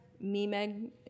Me-meg